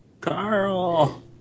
Carl